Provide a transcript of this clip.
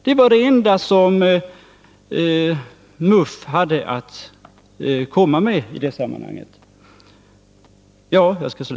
Det var det enda som MUF i det sammanhanget hade att komma med.